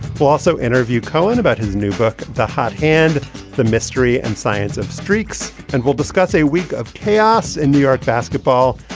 we'll also interview cohen about his new book, the hot hand the mystery and science of streaks. and we'll discuss. a week of chaos in new york basketball.